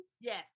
Yes